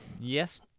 yes